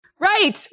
Right